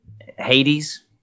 Hades